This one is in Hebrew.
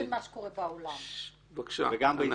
זה חובה להציג את מה שקורה בעולם אבל גם בישראל.